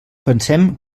pensem